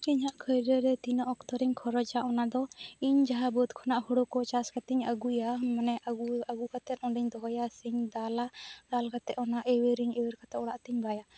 ᱤᱧᱟᱹᱜ ᱠᱷᱟᱹᱭᱨᱟᱹ ᱨᱮ ᱛᱤᱱᱟᱹᱜ ᱚᱠᱛᱚ ᱨᱮᱧ ᱠᱷᱚᱨᱚᱪᱟ ᱚᱱᱟ ᱫᱚ ᱤᱧ ᱡᱟᱦᱟᱸ ᱵᱟᱹᱫᱽ ᱠᱷᱚᱱᱟᱜ ᱦᱳᱲᱳ ᱠᱚ ᱪᱟᱥ ᱠᱟᱛᱮᱧ ᱟᱹᱜᱩᱭᱟ ᱢᱟᱱᱮ ᱟᱹᱜᱩ ᱟᱹᱜᱩ ᱠᱟᱛᱮ ᱚᱸᱰᱮᱧ ᱫᱚᱦᱚᱭᱟ ᱥᱮᱧ ᱫᱟᱞᱟ ᱫᱟᱞ ᱠᱟᱛᱮ ᱚᱱᱟ ᱤᱣᱤᱨ ᱤᱧ ᱤᱣᱤᱨ ᱠᱟᱛᱮ ᱚᱱᱟ ᱚᱲᱟᱜ ᱛᱮᱧ ᱵᱟᱭᱟ